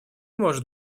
может